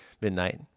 midnight